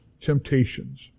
temptations